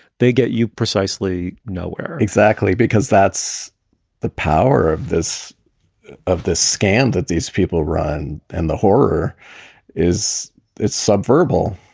they get you precisely nowhere exactly. because that's the power of this of this scam that these people run. and the horror is it's sub verbal.